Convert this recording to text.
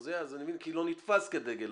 אז אני מבין כי לא נתפס כדגל אדום.